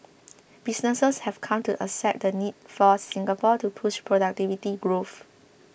businesses have come to accept the need for Singapore to push productivity growth